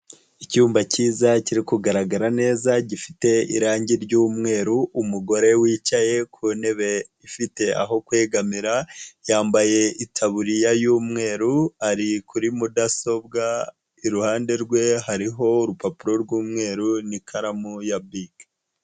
Icyumba cyiza kiri kugaragara neza gifite irangi ry'umweru, umugore wicaye ku ntebe ifite aho kwegamira yambaye itaburiya y'umweru ari kuri mudasobwa iruhande rwe hariho urupapuro rw'umweru n'ikaramu ya bike.